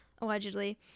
allegedly